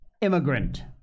immigrant